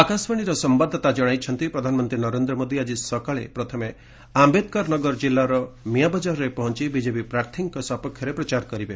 ଆକାଶବାଣୀର ସମ୍ଭାଦଦାତା ଜଣାଇଛନ୍ତି ନରେନ୍ଦ୍ର ମୋଦି ଆଜି ସକାଳେ ପ୍ରଥମେ ଆମ୍ବେଦକରନଗର ଜିଲ୍ଲାର ମିଆଁବଙ୍କାରରେ ପହଞ୍ ବିଜେପି ପ୍ରାର୍ଥୀଙ୍କ ସପକ୍ଷରେ ପ୍ରଚାର କରିବେ